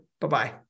bye-bye